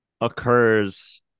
occurs